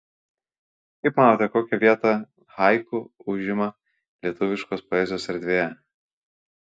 kaip manote kokią vietą haiku užima lietuviškos poezijos erdvėje